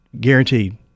guaranteed